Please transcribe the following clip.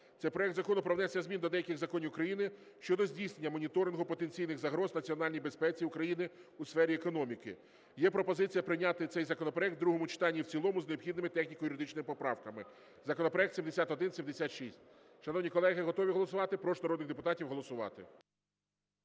Це проект Закону про внесення змін до деяких законів України щодо здійснення моніторингу потенційних загроз національній безпеці України у сфері економіки. Є пропозиція прийняти цей законопроект в другому читанні і в цілому з необхідними техніко-юридичними поправками. Законопроект 7176. Шановні колеги, готові голосувати? Прошу народних депутатів голосувати.